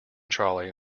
trolley